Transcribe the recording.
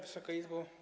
Wysoka Izbo!